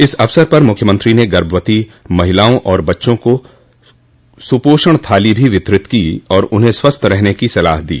इस अवसर पर मुख्यमंत्री ने गर्भवती महिलाओं और बच्चों को सुपोषण थाली भी वितरित की और उन्हें स्वस्थ रहने की सलाह दी